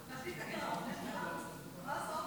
בבקשה.